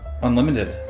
Unlimited